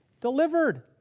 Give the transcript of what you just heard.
delivered